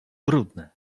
brudne